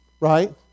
right